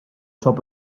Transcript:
top